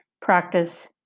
Practice